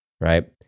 right